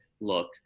look